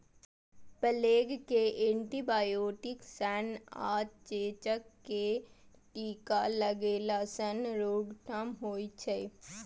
plague कें antibiotic सं आ चेचक कें टीका लगेला सं रोकथाम होइ छै